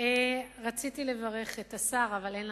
אבל אחרי זה התברר שבפנים